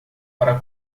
para